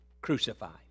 crucified